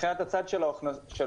מבחינת הצד של ההוצאות,